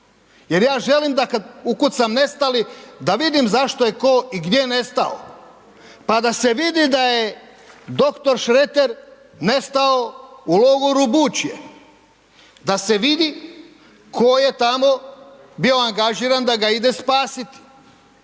Jer ja želim da kad ukucam nestali, da vidim zašto je tko i gdje nestao, pa da se vidi da je dr. Šreter nestao u logoru Bućje, da se vidi tko je tamo bio angažiran da ga ide spasiti,